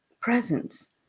presence